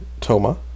Toma